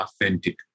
authentic